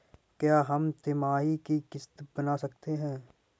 क्या हम तिमाही की किस्त बना सकते हैं?